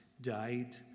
died